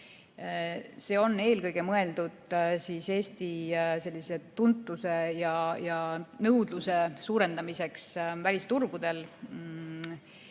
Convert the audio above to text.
See on eelkõige mõeldud Eesti tuntuse ja nõudluse suurendamiseks välisturgudel.